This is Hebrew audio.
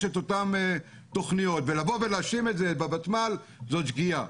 את אותן תוכניות ולהאשים את הוותמ"ל בזה זאת שגיאה.